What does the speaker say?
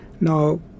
Now